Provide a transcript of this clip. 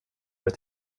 ett